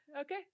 okay